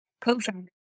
co-founder